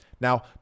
Now